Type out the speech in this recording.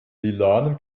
lilanen